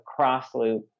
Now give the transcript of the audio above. Crossloop